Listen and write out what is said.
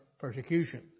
persecution